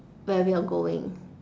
where we are going